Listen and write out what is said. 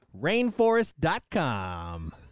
Rainforest.com